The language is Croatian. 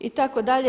Itd.